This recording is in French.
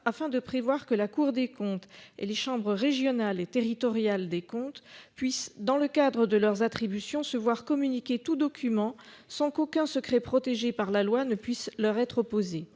afin de prévoir que la Cour des comptes et les chambres régionales et territoriales des comptes puisse dans le cadre de leurs attributions se voir communiquer tout document sans qu'aucun secret protégé par la loi ne puisse leur être opposée.